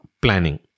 planning